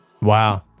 wow